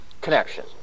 Connection